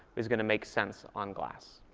is going to make sense on glass?